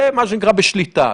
זה מה שנקרא בשליטה.